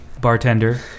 bartender